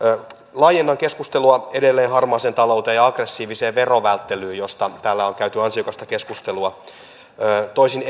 laajennan keskustelua edelleen harmaaseen talouteen ja aggressiiviseen verovälttelyyn joista täällä on käyty ansiokasta keskustelua toisin